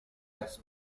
las